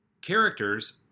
characters